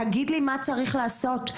תגיד לי מה צריך לעשות.